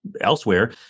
elsewhere